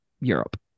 Europe